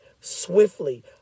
swiftly